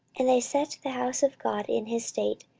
and they set the house of god in his state,